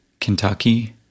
Kentucky